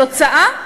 התוצאה תהיה,